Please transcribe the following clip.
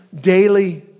daily